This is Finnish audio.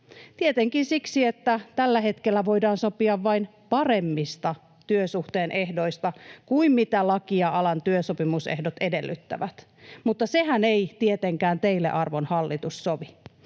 Tietenkin siksi, että tällä hetkellä voidaan sopia vain paremmista työsuhteen ehdoista kuin mitä laki ja alan työehtosopimus edellyttävät, mutta sehän ei tietenkään teille, arvon hallitus, sovi.